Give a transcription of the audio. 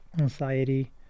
anxiety